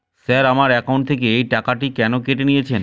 Sir আমার account থেকে এই টাকাটি কেন কেটে নিয়েছেন?